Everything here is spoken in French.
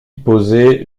posé